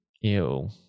Ew